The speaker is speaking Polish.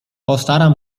postaram